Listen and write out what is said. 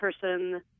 person